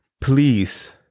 please